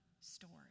story